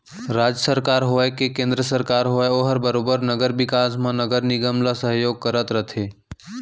राज सरकार होवय के केन्द्र सरकार होवय ओहर बरोबर नगर बिकास म नगर निगम ल सहयोग करत रथे